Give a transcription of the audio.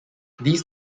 these